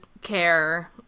care